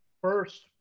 first